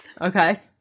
Okay